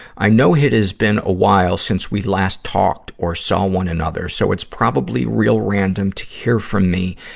i know it is been a while since we last talked or saw one another, so it's probably real random to hear from me,